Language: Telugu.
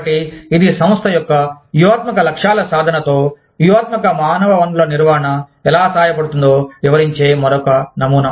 కాబట్టి ఇది సంస్థ యొక్క వ్యూహాత్మక లక్ష్యాల సాధనతో వ్యూహాత్మక మానవ వనరుల నిర్వహణ ఎలా సహాయపడుతుందో వివరించే మరొక నమూనా